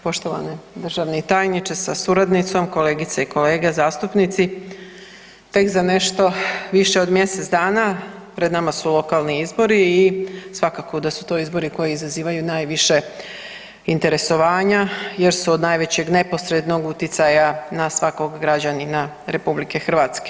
Poštovani državni tajniče sa suradnicom, kolegice i kolege zastupnici tek za nešto više od mjesec dana pred nama su lokalni izbori i svakako da su to izbori koji izazivaju najviše interesovanja jer su od najvećeg neposrednog utjecaja na svakog građanina RH.